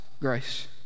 grace